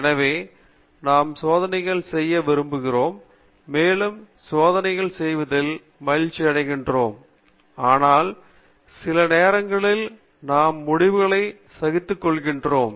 எனவே நாம் சோதனைகள் செய்ய விரும்புகிறோம் மேலும் சோதனைகள் செய்வதில் மகிழ்ச்சியடைகிறோம் ஆனால் சில நேரங்களில் நாம் முடிவுகளை சகித்துக் கொள்கிறோம்